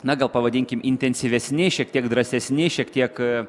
na gal pavadinkim intensyvesni šiek tiek drąsesni šiek tiek a